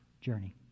journey